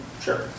Sure